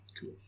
Cool